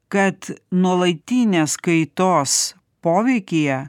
kad nuolatinės kaitos poveikyje